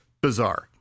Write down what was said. Bizarre